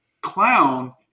clown